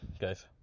guys